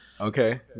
okay